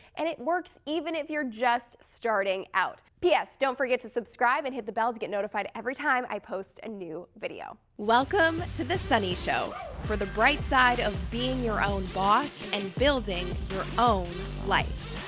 and it works even if you're just starting out. p s. don't forget to subscribe and hit the bell to get notified every time i post a new video. welcome to the sunny show for the bright side of being your own boss and building your own life.